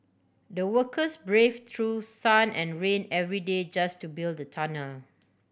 the workers brave through sun and rain every day just to build the tunnel